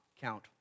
count